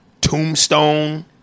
Tombstone